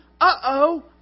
Uh-oh